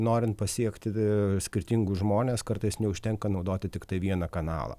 norint pasiekti skirtingus žmones kartais neužtenka naudoti tiktai vieną kanalą